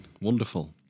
wonderful